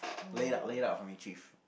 lay out lay out for cheif